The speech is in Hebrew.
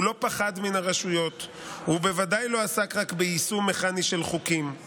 הוא לא פחד מן הרשויות הוא בוודאי לא עשה רק ביישום מכני של חוקים,